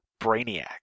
Brainiac